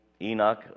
Enoch